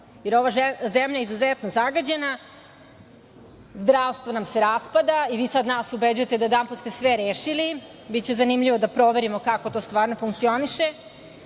jer ova zemlja je izuzetno zagađena, zdravstvo nam se raspada. Vi sada nas ubeđujete da ste odjedanput sve rešili. Biće zanimljivo da proverimo kako to stvarno funkcioniše.